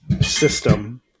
system